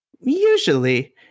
Usually